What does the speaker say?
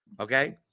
Okay